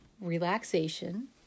relaxation